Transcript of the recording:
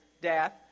death